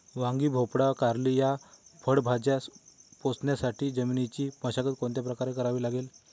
वांगी, भोपळा, कारली या फळभाज्या पोसण्यासाठी जमिनीची मशागत कोणत्या प्रकारे करावी लागेल?